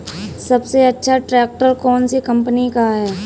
सबसे अच्छा ट्रैक्टर कौन सी कम्पनी का है?